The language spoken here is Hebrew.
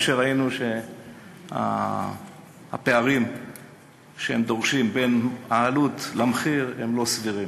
כאשר ראינו שהפערים בין העלות למחיר שהם דורשים הם לא סבירים.